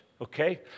okay